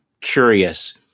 curious